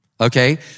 Okay